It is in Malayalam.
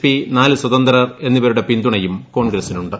പിനാലു സ്വതന്ത്രർ എന്നിവരുടെ പിന്തുണയും കോൺഗ്രസിനുണ്ട്